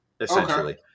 Essentially